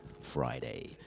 friday